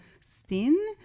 spin